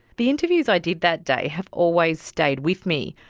the interviews i did that day have always stayed with me.